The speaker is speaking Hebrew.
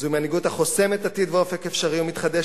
זוהי מנהיגות החוסמת עתיד ואופק אפשרי המתחדש